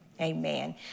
Amen